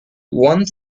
one